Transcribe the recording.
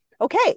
Okay